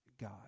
God